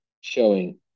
showing